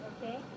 Okay